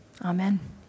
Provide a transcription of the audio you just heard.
Amen